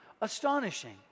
astonishing